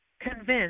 convinced